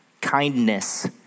kindness